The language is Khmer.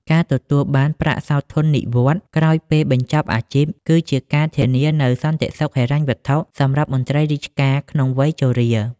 ការទទួលបានប្រាក់សោធននិវត្តន៍ក្រោយពេលបញ្ចប់អាជីព គឺជាការធានានូវសន្តិសុខហិរញ្ញវត្ថុសម្រាប់មន្ត្រីរាជការក្នុងវ័យជរា។